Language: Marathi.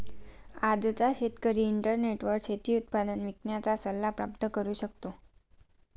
आजचा शेतकरी इंटरनेटवर शेती उत्पादन विकण्याचा सल्ला प्राप्त करू शकतो